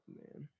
man